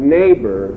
neighbor